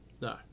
No